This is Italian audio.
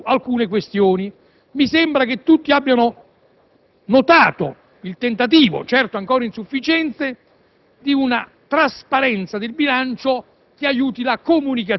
soffermarmi su alcune questioni. Mi sembra che tutti abbiano notato il tentativo, certo ancora insufficiente, di una trasparenza del bilancio